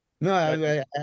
No